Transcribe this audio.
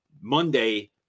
Monday